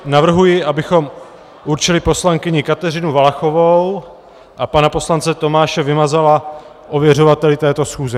Navrhuji, abychom určili poslankyni Kateřinu Valachovou a pana poslance Tomáše Vymazala ověřovateli této schůze.